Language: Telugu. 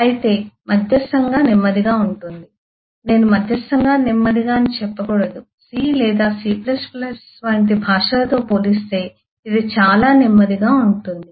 అయితే మధ్యస్తంగా నెమ్మదిగా ఉంటుంది నేను మధ్యస్తంగా నెమ్మదిగా అని చెప్పకూడదు C లేదా C వంటి భాషలతో పోలిస్తే ఇది చాలా నెమ్మదిగా ఉంటుంది